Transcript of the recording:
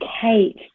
Kate